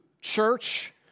church